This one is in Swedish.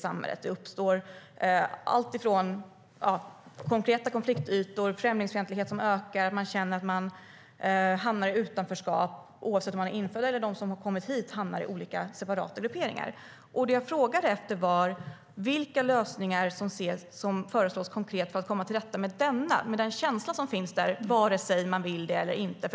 Det uppstår allt ifrån konkreta konfliktytor till främlingsfientlighet. Man känner att man hamnar i utanförskap, antingen man är infödd eller har kommit hit, och personer hamnar i separata grupperingar. Det jag frågade efter var vilka lösningar som konkret föreslås för att komma till rätta med den känsla som finns där, vare sig man vill det eller inte.